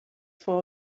for